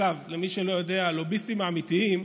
אגב, למי שלא יודע, הלוביסטים האמיתיים,